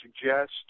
suggest